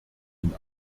ihn